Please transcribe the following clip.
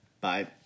Bye